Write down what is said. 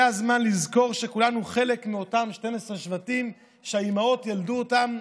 זה הזמן לזכור שכולנו חלק מאותם 12 שבטים שהאימהות ילדו אותם,